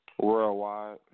Worldwide